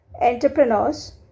entrepreneurs